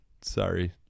Sorry